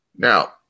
Now